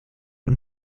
und